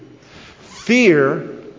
Fear